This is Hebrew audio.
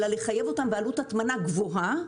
אלא לחייב אותם בעלות הטמנה גבוהה,